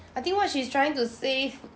I think what she's trying to say